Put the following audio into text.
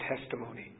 testimony